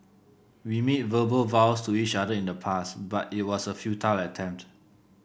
we made verbal vows to each other in the past but it was a futile attempt